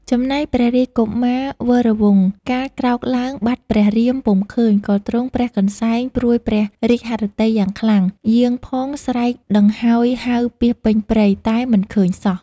ចំណែកព្រះរាជកុមារវរវង្ស កាលក្រោកឡើងបាត់ព្រះរៀមពុំឃើញ ក៏ទ្រង់ព្រះកន្សែងព្រួយព្រះរាជហឫទ័យយ៉ាងខ្លាំង យាងផងស្រែកដង្ហោយហៅពាសពេញព្រៃ តែមិនឃើញសោះ។